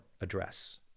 address